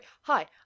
Hi